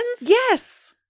Yes